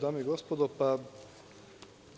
Dame i gospodo,